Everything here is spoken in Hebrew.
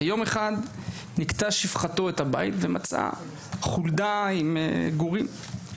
ויום אחד ניקתה שפחתו את הבית ומצאה חולדה עם גורים,